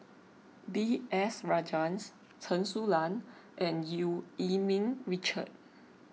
B S Rajhans Chen Su Lan and Eu Yee Ming Richard